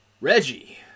Reggie